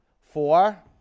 four